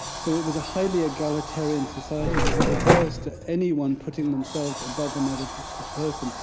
so it was a highly egalitarian society that was averse to anyone putting themselves above another person.